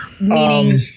Meaning